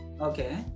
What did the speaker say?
okay